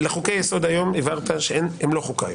חוקי היסוד היום, הבהרת שהם לא חוקה היום.